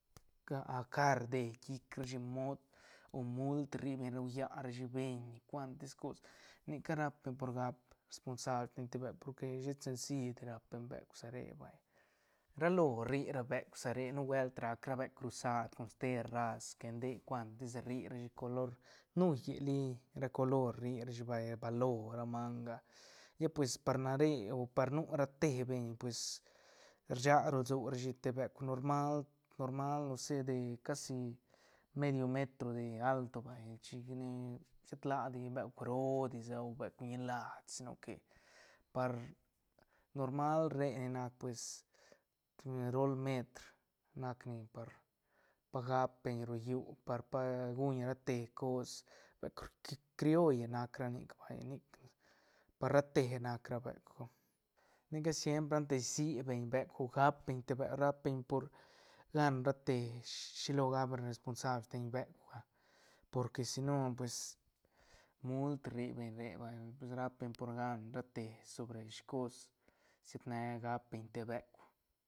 car dei llic rashi moot o mutl rri beñ raulla rashi beñ cuantis cos ni ca rap beñ por gacbeñ responsable sten te beuk porque shet sencidi rap beñ beuk sa re vay ra lo rri ra beuk sa re nubuelt rac ra beuk crusat con ste raz que nde cuantis rri rashi color nu lleli ra color rri rashi vay balo ra manga ya pues par na re o par nu ra te beñ pues rsag ru lsorashi te beuk normal- normal ose de medio metro de alto vay chicne shet ladi beuk ro di o beuk ñilas si no que par normal re ne na pues rol metr nac ni par pa gap beñ ro llú par guñ ra te cos beuk cri- crioll nac ra nic vay nic par ra te nac ra beukga ni ca siempr antes si beñ beuk o gap beñ te beuk rap beñ por gan rate shilo gac beñ responsabla steñ beukga porque si no pues mult rri beñ re vay pues gap beñ por gan ra te sobre shicos siet ne gap beñ beuk.